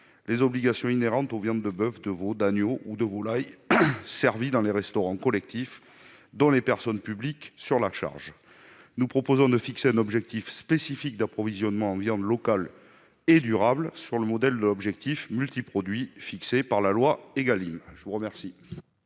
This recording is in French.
les obligations attachées aux viandes de boeuf, de veau, d'agneau ou de volaille servies dans les restaurants collectifs dont les personnes publiques ont la charge. Nous proposons ainsi de fixer un objectif spécifique d'approvisionnement en viande locale et durable, sur le modèle de l'objectif multi-produits fixé par la loi Égalim. Quel